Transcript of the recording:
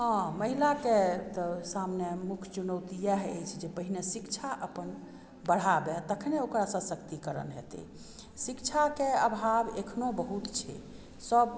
हॅं महिला के तऽ सामने मुख्य चुनौती इएह अछि जे पहिने शिक्षा अपन बढ़ाबै तखने ओकरा सशक्तिकरण हेतै शिक्षा के अभाव अखनो बहुत छै सब